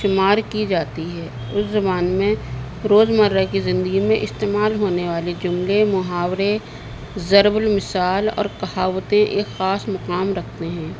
شمار کی جاتی ہے اس زبان میں روز مرہ کی زندگی میں استعمال ہونے والے جملے محاورے زضرب ال مثال اور کہاوتیں ایک خاص مقام رکھتے ہیں